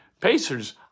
Pacers